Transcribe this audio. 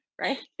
right